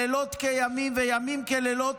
לילות כימים וימים כלילות,